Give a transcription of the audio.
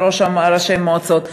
וראשי מועצות,